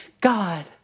God